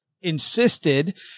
insisted